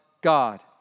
God